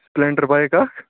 Splendor بایِک اَکھ